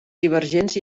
divergents